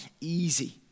easy